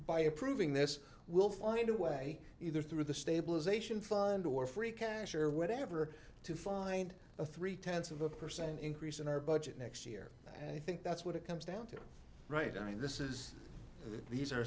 by approving this we'll find a way either through the stabilization fund or free cash or whatever to find a three tenths of a percent increase in our budget next year and i think that's what it comes down to right i mean this is these are